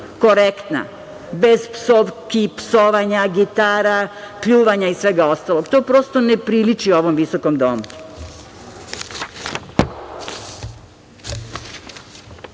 korektna, bez psovki, psovanja, gitara, pljuvanja i svega ostalog. To prosto ne priliči ovom visokom